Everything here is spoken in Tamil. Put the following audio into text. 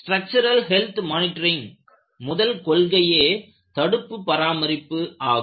ஸ்ட்ரக்சரல் ஹெல்த் மானிட்டரிங்கில் முதல் கொள்கையே தடுப்பு பராமரிப்பு ஆகும்